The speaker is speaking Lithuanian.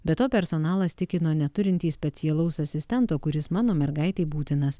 be to personalas tikino neturintys specialaus asistento kuris mano mergaitei būtinas